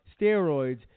steroids